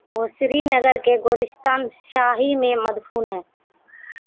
وہ سری نگر کے گورستان شاہی میں مدفون ہیں